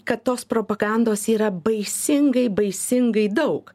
kad tos propagandos yra baisingai baisingai daug